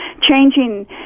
changing